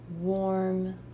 warm